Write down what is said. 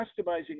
customizing